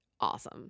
Awesome